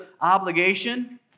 obligation